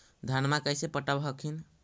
धन्मा कैसे पटब हखिन?